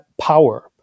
power